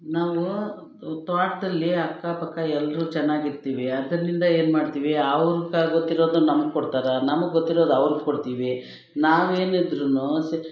ನಾವು ತೋಟದಲ್ಲಿ ಅಕ್ಕಪಕ್ಕ ಎಲ್ಲರೂ ಚೆನ್ನಾಗಿರ್ತೀವಿ ಆದ್ದರಿಂದ ಏನು ಮಾಡ್ತೀವಿ ಅವ್ರ್ಗೆ ಗೊತ್ತಿರೋದು ನಮ್ಗೆ ಕೊಡ್ತಾರೆ ನಮ್ಗೆ ಗೊತ್ತಿರೋದು ಅವ್ರಿಗೆ ಕೊಡ್ತೀವಿ ನಾವೇನಿದ್ದರೂ